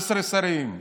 11 שרים.